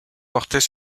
portait